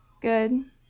good